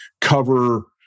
cover